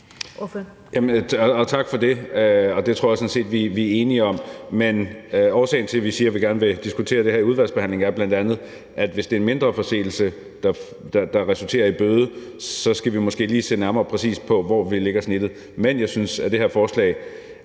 Tak for det. Det tror jeg sådan set vi er enige om, men årsagen til, at vi siger, at vi gerne vil diskutere det her i udvalgsbehandlingen, er bl.a., at hvis der er tale om en mindre forseelse, der resulterer i bøde, så skal vi måske lige se nærmere på, præcis hvor vi lægger snittet. Men jeg synes, at det her forslag